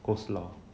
coleslaw